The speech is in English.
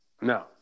No